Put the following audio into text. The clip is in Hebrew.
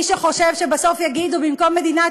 מי שחושב שבסוף יגידו במקום מדינת